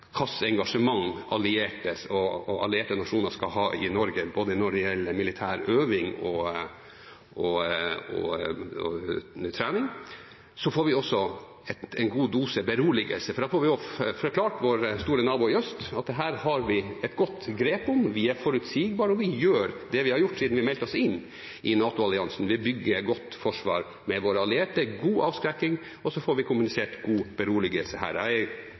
engasjement allierte nasjoner skal ha i Norge når det gjelder både militær øving og trening, får vi også en god dose beroligelse, for da får vi forklart vår store nabo i øst at dette har vi et godt grep om, vi er forutsigbare, og vi gjør det vi har gjort siden vi meldte oss inn i NATO-alliansen: Vi bygger et godt forsvar med våre allierte – god avskrekking. Så får vi også kommunisert god beroligelse her.